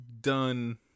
done